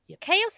chaos